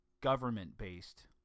government-based